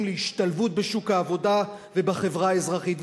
להשתלבות בשוק העבודה ובחברה האזרחית,